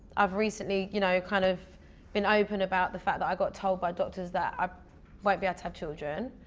i've recently you know kind of been open about the fact that i got told by doctors that i might be able to have children.